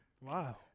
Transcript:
Wow